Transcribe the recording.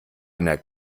einer